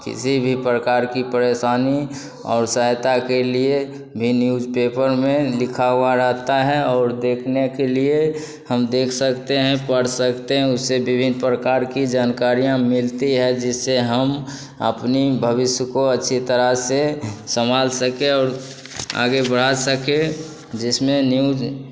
किसी भी प्रकार की परेशनी और सहायता के लिए भी न्यूजपेपर में लिखा हुआ रहता है और देखने के लिए हम देख सकते हैं पढ़ सकते हैं उससे विभिन्न परकार की जानकारियाँ मिलती है जिससे हम अपने भविष्य को अच्छी तरह से संभाल सके और आगे बढ़ा सके जिसमें न्यूज